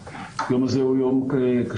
היום הזה הוא יום קשה,